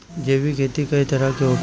जैविक खेती कए तरह के होखेला?